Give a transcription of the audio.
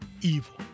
evil